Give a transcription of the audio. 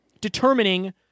determining